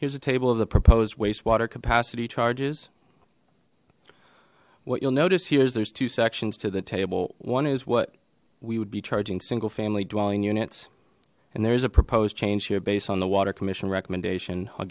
here's a table of the proposed waste water capacity charges what you'll notice here is there's two sections to the table one is what we would be charging single family dwelling units and there's a proposed change here based on the water commission recommendation i'll